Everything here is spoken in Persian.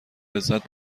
لذت